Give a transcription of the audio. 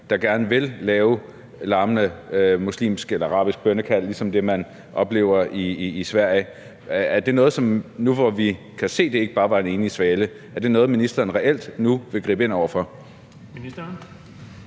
der gerne vil lave larmende muslimske eller arabiske bønnekald ligesom det, som man oplever i Sverige. Er det noget, som ministeren nu, hvor vi kan se, at det ikke bare var en enlig svale, reelt vil gribe ind over for?